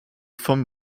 vom